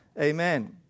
Amen